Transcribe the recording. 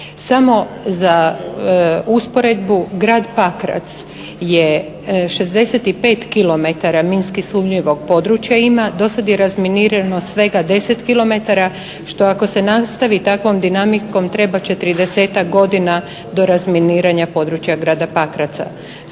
Samo za usporedbu grad Pakrac je 65 kilometara minski sumnjivog područja ima, do sada je razminirano svega 10 kilometara što ako se nastavi takvom dinamikom trebati će 30-tak godina do razminiranja područja grada Pakraca.